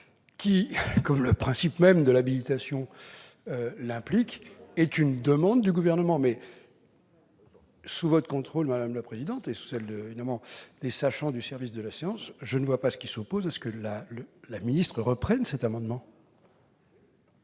qui, comme le principe même de l'habilitation l'implique, doit émaner du Gouvernement. Sous votre contrôle, madame la présidente, et sous celui des sachants du service de la séance, rien ne s'oppose à ce que Mme la ministre reprenne cet amendement.